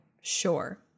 Sure